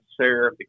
Sarah